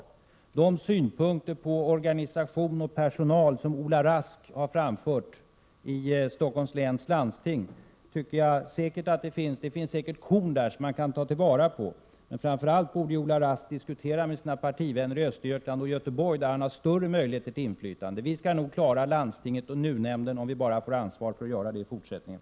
I de synpunkter på organisation och personal som Ola Rask har framfört i Stockholms läns landsting finns det säkert korn som man kan ta till vara, men framför allt borde Ola Rask diskutera med sina partivänner i Östergötland och Göteborg, där han har större möjligheter till inflytande. Vi skall nog klara landstinget och NUU-nämnden, om vi bara får ansvar för att göra det i fortsättningen.